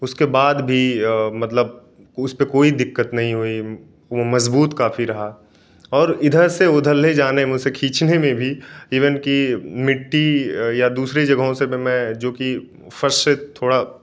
उसके बाद भी मतलब उस पर कोई दिक्कत नहीं हुई वह मज़बूत काफ़ी रहा और इधर से उधर ले जाने में उसे खींचने में भी इवेन कि मिट्टी या दूसरे जगहों से भी मैं जो कि फ़र्श से थोड़ा